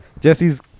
Jesse's